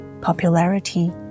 popularity